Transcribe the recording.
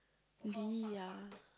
Lee Yang